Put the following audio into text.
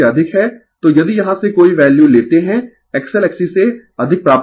तो यदि यहां से कोई वैल्यू लेते है XL XC से अधिक प्राप्त होगा